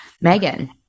Megan